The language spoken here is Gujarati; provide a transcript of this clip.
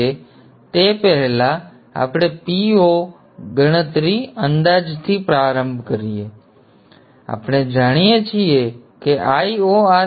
તેથી પહેલા આપણે Po ગણતરી Po અંદાજથી પ્રારંભ કરીએ છીએ આપણે જાણીએ છીએ Vo આપણે જાણીએ છીએ કે Io આ spec માંથી આવી રહ્યું છે અને તમે Po મૂલ્યનું મૂલ્યાંકન કરી શકો છો